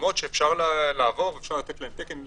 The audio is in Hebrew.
מקומות שאפשר לתת להם תקן.